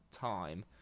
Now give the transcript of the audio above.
time